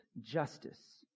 Justice